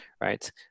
right